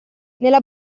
nella